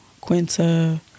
Quinta